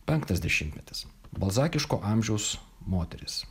penktas dešimtmetis balzakiško amžiaus moteris